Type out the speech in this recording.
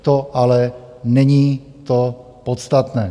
To ale není to podstatné.